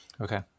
Okay